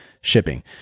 shipping